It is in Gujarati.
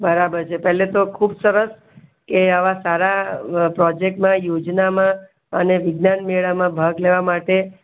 બરાબર છે પહેલાં તો ખૂબ સરસ કે આવા સારા પ્રોજેક્ટમાં યોજનામાં અને વિજ્ઞાન મેળામાં ભાગ લેવા માટે